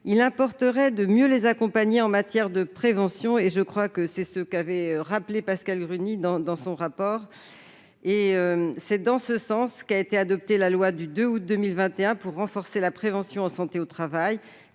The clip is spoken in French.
il importerait de mieux les accompagner en matière de prévention, comme l'a rappelé Pascale Gruny dans son rapport. C'est en ce sens qu'a été adoptée la loi du 2 août 2021 pour renforcer la prévention en santé au travail,